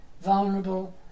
vulnerable